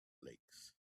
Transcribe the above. lakes